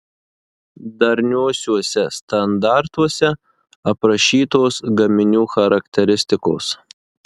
darniuosiuose standartuose aprašytos gaminių charakteristikos